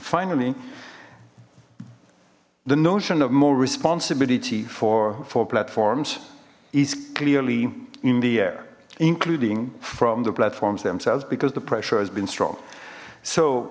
finally the notion of more responsibility for four platforms is clearly in the air including from the platform's themselves because the pressure has been strong so